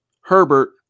Herbert